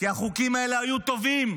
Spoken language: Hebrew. כי החוקים האלה היו טובים,